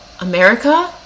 America